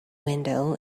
window